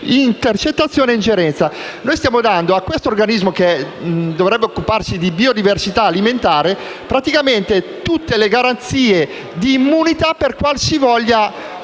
intercettazione o di ingerenza». Stiamo cioè dando a questo organismo, che dovrebbe occuparsi di biodiversità alimentare, tutte le garanzie di immunità per qualsivoglia